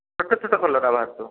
ଛୋଟ ଛୋଟ କଲରା ବାହାରୁଥିବ